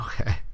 Okay